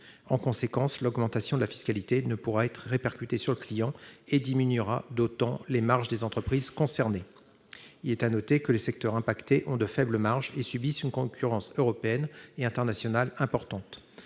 En conséquence, l'augmentation de la fiscalité ne pourra être répercutée sur le client et diminuera d'autant les marges des entreprises concernées. Il est à noter que les secteurs affectés ont de faibles marges et subissent une concurrence européenne et internationale importante.